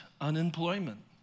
unemployment